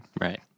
Right